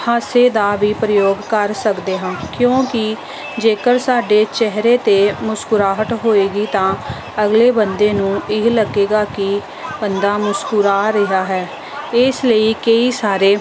ਹਾਸੇ ਦਾ ਵੀ ਪ੍ਰਯੋਗ ਵੀ ਕਰ ਸਕਦੇ ਹਾਂ ਕਿਉਂਕਿ ਜੇਕਰ ਸਾਡੇ ਚਿਹਰੇ 'ਤੇ ਮੁਸਕਰਾਹਟ ਹੋਏਗੀ ਤਾਂ ਅਗਲੇ ਬੰਦੇ ਨੂੰ ਇਹ ਲੱਗੇਗਾ ਕਿ ਬੰਦਾ ਮੁਸਕੁਰਾ ਰਿਹਾ ਹੈ ਇਸ ਲਈ ਕਈ ਸਾਰੇ